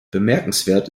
bemerkenswert